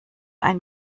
ein